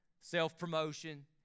self-promotion